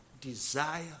desire